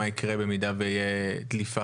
במידה ויהיה דליפה,